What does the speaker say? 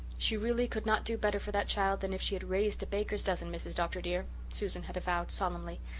she really could not do better for that child than if she had raised a baker's dozen, mrs. dr. dear, susan had avowed solemnly.